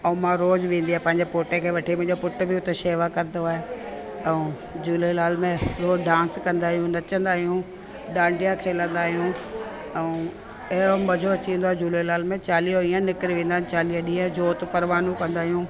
ऐं मां रोज़ु वेंदी आहे पंहिंजे पोटे खे वठी मुंहिंजे पुट बि हुते शेवा कंदो आहे ऐं झूलेलाल में रोज़ु डांस कंदा आहियूं नचंदा आहियूं डांडिया खेलंदा आहियूं ऐं अहिड़ो मज़ो अची वेंदो आहे झूलेलाल में चालीहो इहा निकिरी वेंदा आहिनि चालीह ॾींहं जोति परवान कंदा आहियूं